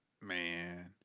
man